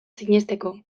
sinesteko